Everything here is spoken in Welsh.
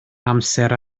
amser